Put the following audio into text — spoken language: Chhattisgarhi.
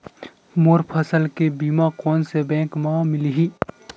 मोर फसल के बीमा कोन से बैंक म मिलही?